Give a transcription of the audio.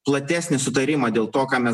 platesnį sutarimą dėl to ką mes